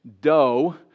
dough